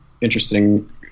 interesting